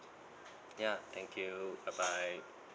ya thank you bye bye